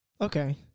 Okay